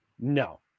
No